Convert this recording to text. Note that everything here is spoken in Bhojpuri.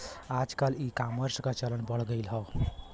आजकल ईकामर्स क चलन बढ़ गयल हौ